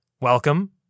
welcome